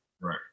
Right